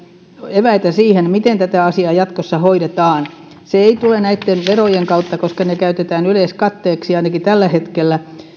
eväitä siihen miten tätä asiaa jatkossa hoidetaan se ei tule näitten verojen kautta koska ne käytetään yleiskatteeksi ainakin tällä hetkellä